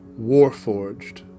warforged